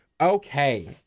okay